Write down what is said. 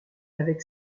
avec